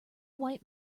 white